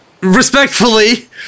respectfully